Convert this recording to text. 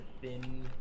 thin